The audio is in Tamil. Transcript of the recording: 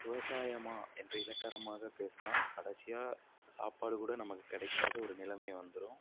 விவசாயமா என்று இளக்காரமாக பேசுனால் கடைசியாக சாப்பாடு கூட நமக்கு கிடைக்காத ஒரு நிலைமை வந்துடும்